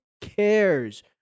cares